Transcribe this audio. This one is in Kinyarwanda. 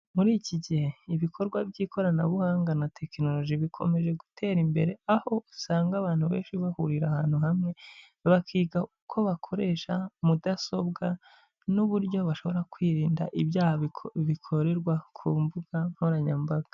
Muri iki gihe ibikorwa by'ikoranabuhanga na tekinoroji bikomeje gutera imbere, aho usanga abantu benshi bahurira ahantu hamwe, bakiga uko bakoresha mudasobwa n'uburyo bashobora kwirinda ibyaha bikorerwa ku mbuga nkoranyambaga.